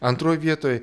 antroj vietoj